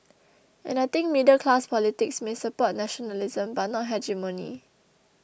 and I think middle class politics may support nationalism but not hegemony